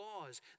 laws